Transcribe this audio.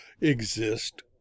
exist